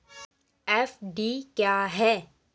FD क्या है?